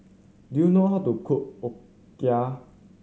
do you know how to cook Okayu